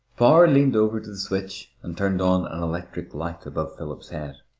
power leaned over to the switch and turned on an electric light above philip's head.